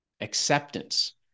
acceptance